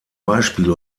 beispiel